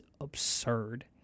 absurd